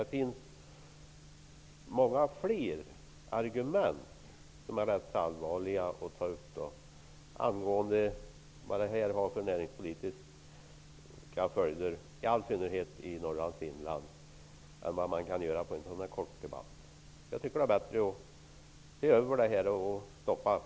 Det finns många fler argument som är allvarliga och som bör tas upp gällande vilka näringspolitiska följder detta kommer att få, framför allt i Norrlands inland, än vad man kan göra i en sådan här kort debatt. Jag tycker att det är bättre att se över frågan. Det här borde stoppas.